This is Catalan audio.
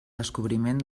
descobriment